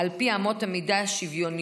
על פי אמות מידה שוויוניות,